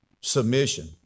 submission